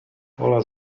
pola